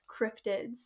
cryptids